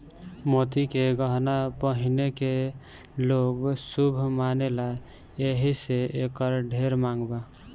मोती के गहना पहिने के लोग शुभ मानेला एही से एकर ढेर मांग बा